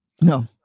No